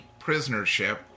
prisonership